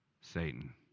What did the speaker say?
Satan